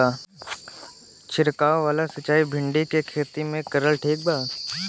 छीरकाव वाला सिचाई भिंडी के खेती मे करल ठीक बा?